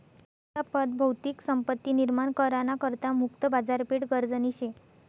पैसा पत भौतिक संपत्ती निर्माण करा ना करता मुक्त बाजारपेठ गरजनी शे